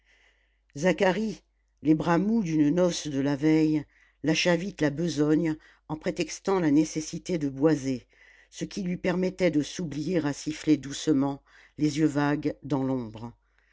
zacharie les bras mous d'une noce de la veille lâcha vite la besogne en prétextant la nécessité de boiser ce qui lui permettait de s'oublier à siffler doucement les yeux vagues dans l'ombre